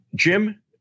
Jim